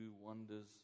wonders